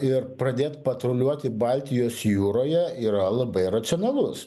ir pradėt patruliuoti baltijos jūroje yra labai racionalus